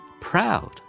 proud